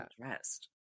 dressed